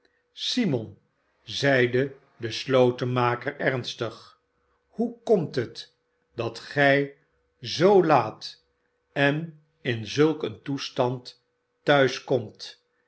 simon zeide de slotenmaker ernstig shoe komt het dat gij zoo laat en in zulk een toestand